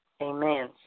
Amen